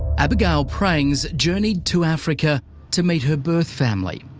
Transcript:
abigail prangs journeyed to africa to meet her birth family,